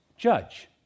judge